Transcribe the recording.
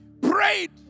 prayed